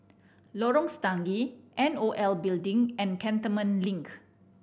Lorong Stangee N O L Building and Cantonment Link